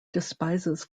despises